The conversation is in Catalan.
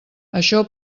això